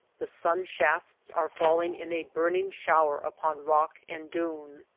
the sun shafts are falling in a burning shower upon rock and dune,